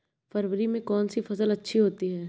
फरवरी में कौन सी फ़सल अच्छी होती है?